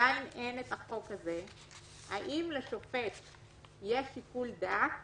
ועדיין אין החוק הזה, האם לשופט יש שיקול דעת